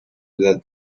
that